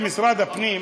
במשרד הפנים,